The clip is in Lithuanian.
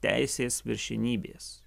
teisės viršenybės